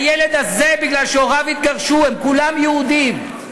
הילד הזה, מכיוון שהוריו התגרשו, הם כולם יהודים.